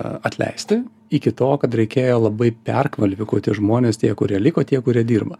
atleisti iki to kad reikėjo labai perkvalifikuoti žmones tie kurie liko tie kurie dirba